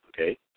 okay